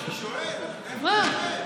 לא, אני שואל: איפה זה עומד?